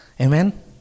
Amen